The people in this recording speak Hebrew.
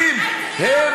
האטרייה, הנוסעים?